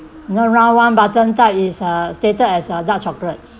no round one button type is uh stated as a dark chocolate